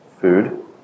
Food